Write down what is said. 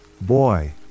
Boy